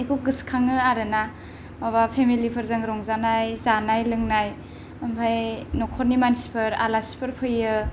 बेखौ गोसोखाङो आरो ना माबा फेमिलिफोरजों रंजानाय जानाय लोंनाय ओमफ्राय नखरनि मानसिफोर आलासिफोर फैयो